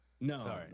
No